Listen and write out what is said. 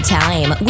time